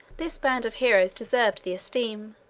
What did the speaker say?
this band of heroes deserved the esteem,